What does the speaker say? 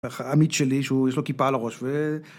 עמית שלי, שיש לו כיפה על הראש ו...